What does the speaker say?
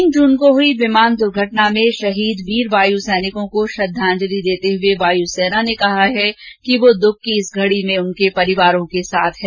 तीन जून को हुई विमान दुर्घटना में शहीद वीर वायु सैनिकों को श्रद्धांजलि देते हुए वायु सेना ने कहा कि वे दुख की इस घड़ी में उनके परिवारों के साथ है